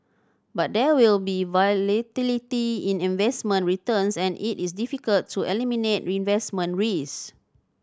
but there will be volatility in investment returns and it is difficult to eliminate reinvestment risk